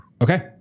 Okay